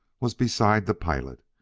was beside the pilot.